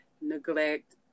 neglect